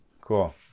Cool